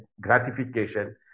gratification